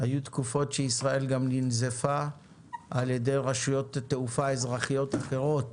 היו תקופות שישראל גם ננזפה על ידי רשויות תעופה אזרחיות אחרות